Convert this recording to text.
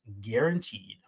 guaranteed